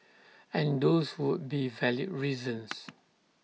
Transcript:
and those would be valid reasons